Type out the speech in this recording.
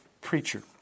preacher